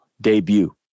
debut